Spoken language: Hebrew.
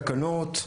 תקנות,